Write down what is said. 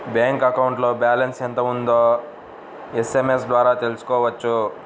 bank అకౌంట్లో balance ఎంత ఉందో ఎస్ఎంఎస్ ద్వారా తెలుసుకోవచ్చు